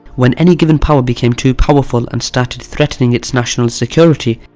when any given power became too powerful and started threatening its national security,